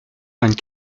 vingt